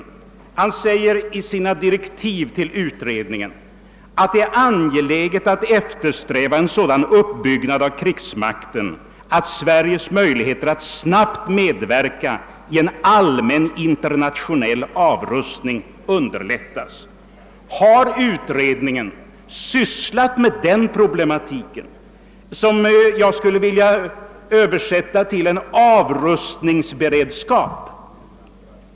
Denne anför i sina direktiv till utredningen att det är »angeläget att eftersträva en sådan uppbyggnad av krigsmakten, att Sveriges möjligheter att snabbt medverka i en allmän internationell avrustning underlättas». Har utredningen sysslat med den problematiken, som jag skulle vilja översätta till en avrustningsberedskap?